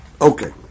Okay